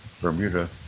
Bermuda